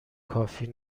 کافی